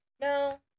No